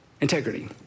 integrity